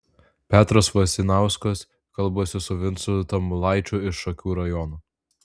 petras vasinauskas kalbasi su vincu tamulaičiu iš šakių rajono